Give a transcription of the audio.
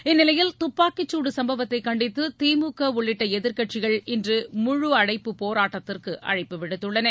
இந்நிலையில் துப்பாக்கி சூடு சம்பவத்தை கண்டித்து திமுக உள்ளிட்ட எதிர்க்கட்சிகள் இன்று முழு அடைப்பு போராட்டத்திற்கு அழைப்பு விடுத்துள்ளன